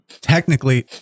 technically